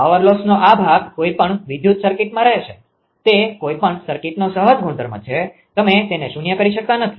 power લોસનો આ ભાગ કોઈપણ વિદ્યુત સર્કિટમાં રહેશે તે કોઈપણ સર્કિટનો સહજ ગુણધર્મ છે તમે તેને શૂન્ય કરી શકતા નથી